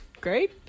great